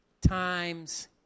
times